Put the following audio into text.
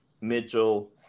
Mitchell